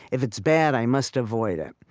if it's bad, i must avoid it.